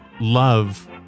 love